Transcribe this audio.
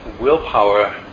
Willpower